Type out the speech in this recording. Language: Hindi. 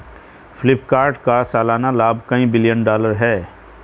फ्लिपकार्ट का सालाना लाभ कई बिलियन डॉलर है